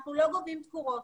אנחנו לא גובים תקורות,